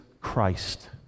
Christ